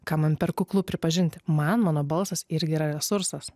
ką man per kuklu pripažinti man mano balsas irgi yra resursas